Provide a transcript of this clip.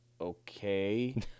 Okay